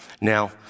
Now